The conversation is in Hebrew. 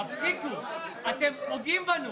תפסיקו, אתם פוגעים בנו.